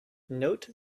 note